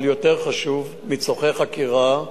אבל יותר חשוב: מצורכי חקירה.